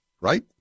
right